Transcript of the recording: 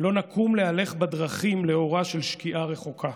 לא נקום להלך בדרכים לאורה של שקיעה רחוקה.